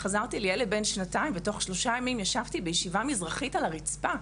חזרתי לילד בן שנתיים ותוך שלושה ימים ישבתי בישיבה מזרחית על הרצפה.